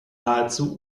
nahezu